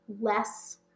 less